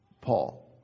Paul